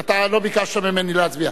אתה לא ביקשת ממני להצביע.